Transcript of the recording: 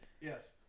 Yes